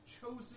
chosen